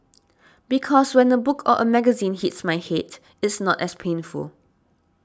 because when a book or a magazine hits my head it's not as painful